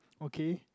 okay